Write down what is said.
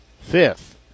fifth